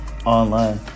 online